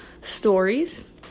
stories